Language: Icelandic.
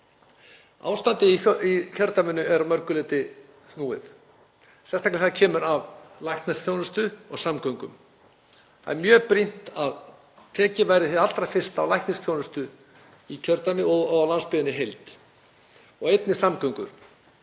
Ástandið í kjördæminu er að mörgu leyti snúið, sérstaklega þegar kemur að læknisþjónustu og samgöngum. Það er mjög brýnt að tekið verði hið allra fyrsta á læknisþjónustu í kjördæminu og á landsbyggðinni í heild og einnig samgöngum,